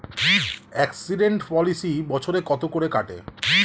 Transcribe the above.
Accident policy বছরে কত করে কাটে?